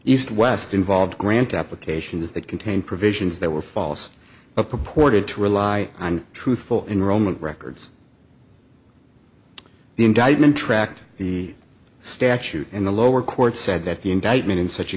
east west involved grant applications that contained provisions that were false purported to rely on truthful enrollment records the indictment tract the statute in the lower court said that the indictment in such a